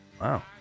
Wow